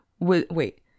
Wait